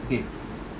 okay